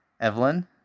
Evelyn